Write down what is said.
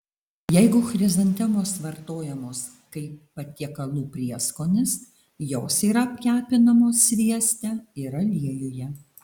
jeigu chrizantemos vartojamos kaip patiekalų prieskonis jos yra apkepinamos svieste ir aliejuje